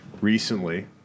recently